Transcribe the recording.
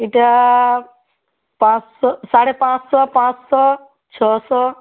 ଏଇଟା ପାଞ୍ଚଶହ ସାଢ଼େ ପାଞ୍ଚଶହ ପାଞ୍ଚଶହ ଛଅଶହ